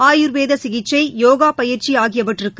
ஆயூர்வேத சிகிச்சை யோகா பயிற்சி ஆகியவற்றுக்கு